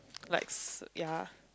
like s~ ya